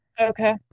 Okay